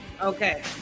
okay